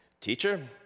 Teacher